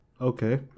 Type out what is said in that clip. Okay